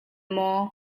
maw